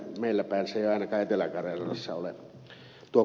meillä päin ei ainakaan etelä karjalassa ole